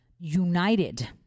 united